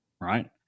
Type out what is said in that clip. right